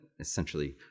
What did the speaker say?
Essentially